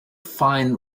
fine